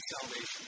salvation